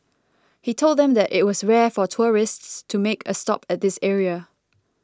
he told them that it was rare for tourists to make a stop at this area